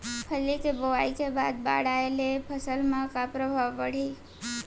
फल्ली के बोआई के बाद बाढ़ आये ले फसल मा का प्रभाव पड़ही?